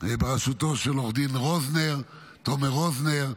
בראשותו של עו"ד תומר רוזנר,